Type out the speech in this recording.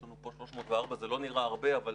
יש לנו פה 304, זה לא נראה הרבה, אבל